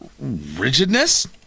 rigidness